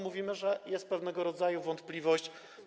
Mówimy, że jest pewnego rodzaju wątpliwość.